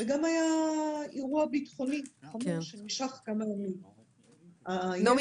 וגם אירוע ביטחוני חמור שנמשך כמה ימים --- נעמי,